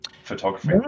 photography